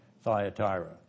Thyatira